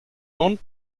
owned